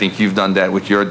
think you've done that with your